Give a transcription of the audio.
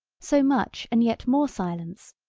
so much and yet more silence,